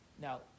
Now